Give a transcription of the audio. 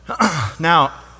Now